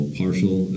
partial